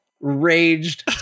raged